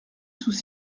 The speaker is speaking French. sous